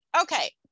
Okay